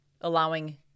allowing